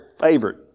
favorite